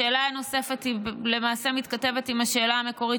השאלה הנוספת למעשה מתכתבת עם השאלה המקורית,